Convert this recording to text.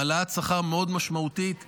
עם העלאת שכר משמעותית מאוד.